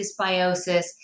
dysbiosis